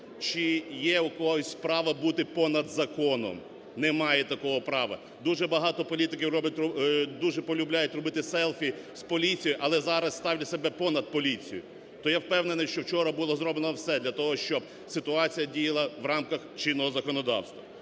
чи є в когось право бути понад законом? Немає такого права. Дуже багато політиків дуже полюбляють робити селфі з поліцією, але зараз ставлять себе понад поліцію. То, я впевнений, що вчора було зроблено все для того, щоб ситуація діяла в рамках чинного законодавства.